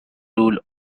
rule